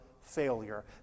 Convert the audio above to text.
failure